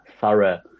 thorough